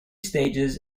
stages